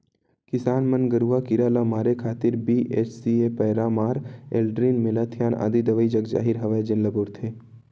किसान मन गरूआ कीरा ल मारे खातिर बी.एच.सी.ए पैरामार, एल्ड्रीन, मेलाथियान आदि दवई जगजाहिर हवय जेन ल बउरथे